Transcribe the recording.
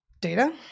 data